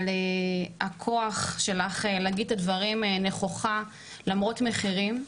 על הכוח שלך להגיד את הדברים נכוחה למרות מחירים,